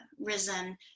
risen